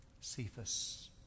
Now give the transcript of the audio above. Cephas